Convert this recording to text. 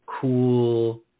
cool